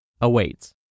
awaits